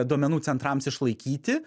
duomenų centrams išlaikyti